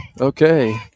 Okay